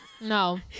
no